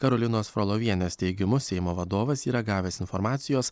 karolinos frolovienės teigimu seimo vadovas yra gavęs informacijos